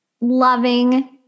loving